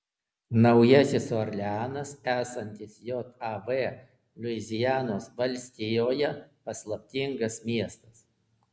naujasis orleanas esantis jav luizianos valstijoje paslaptingas miestas